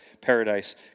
paradise